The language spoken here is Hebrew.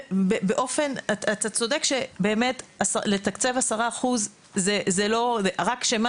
אתה צודק שבאמת לתקצב 10% זה לא רק שמה